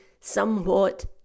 somewhat